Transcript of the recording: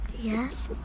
Yes